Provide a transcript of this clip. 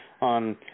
on